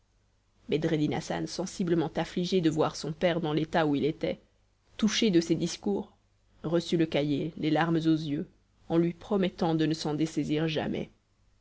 hassan sensiblement affligé de voir son père dans l'état où il était touché de ses discours reçut le cahier les larmes aux yeux en lui promettant de ne s'en dessaisir jamais